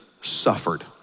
suffered